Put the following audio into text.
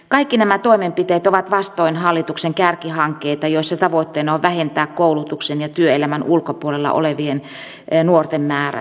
kaikki nämä toimenpiteet ovat vastoin hallituksen kärkihankkeita joiden tavoitteena on vähentää koulutuksen ja työelämän ulkopuolella olevien nuorten määrää